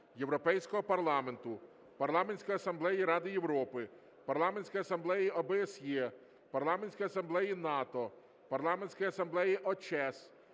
Європейського Парламенту, Парламентської Асамблеї Ради Європи, Парламентської Асамблеї ОБСЄ, Парламентської Асамблеї НАТО, Парламентської Асамблеї ОЧЕС,